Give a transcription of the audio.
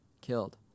killed